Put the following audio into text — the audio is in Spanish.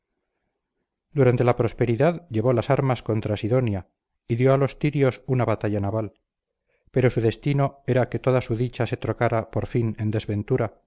durante la prosperidad llevó las armas contra sidonia y dio a los tirios una batalla naval pero su destino era que toda su dicha se trocara por fin en desventura